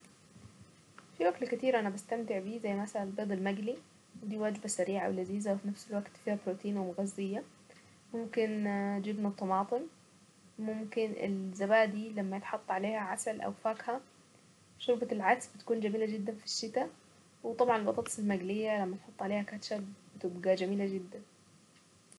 في اكل كتير انا بستمتع بيه زي مثلا البيض المقلي ودي وجبة سريعة ولذيذة وفي نفس الوقت فيها روتين ومغزية ممكن جبنة بطماطم ممكن الزبادي لما يتحط عليها عسل او فاكهة شوربة العدس بتكون جميلة جدا في الشتا وطبعا البطاطس المقلية لما نحط عليها كاتشب تبقى جميلة جدا.